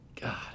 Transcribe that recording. God